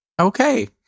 Okay